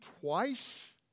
twice